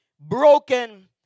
broken